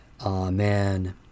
Amen